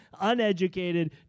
uneducated